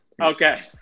Okay